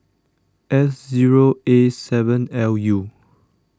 S zero A seven L U